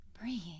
breathe